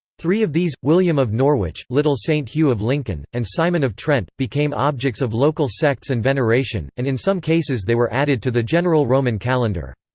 three of these william of norwich, little saint hugh of lincoln, and simon of trent became objects of local sects and veneration, and in some cases they were added to the general roman calendar.